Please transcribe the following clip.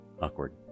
Awkward